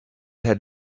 had